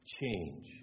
Change